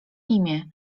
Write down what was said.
imię